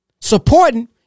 supporting